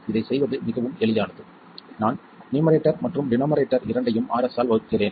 இதைச் செய்வது மிகவும் எளிதானது நான் நியூமரேட்டர் மற்றும் டினோமரேட்டர் இரண்டையும் Rs ஆல் வகுக்கிறேன்